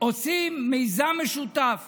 עושים מיזם משותף